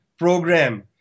program